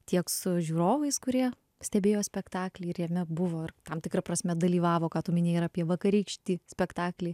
tiek su žiūrovais kurie stebėjo spektaklį ir jame buvo ir tam tikra prasme dalyvavo ką tu mini ir apie vakarykštį spektaklį